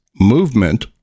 movement